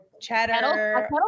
cheddar